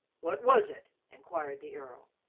what was it? inquired the earl.